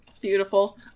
beautiful